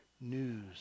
news